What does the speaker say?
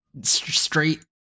straight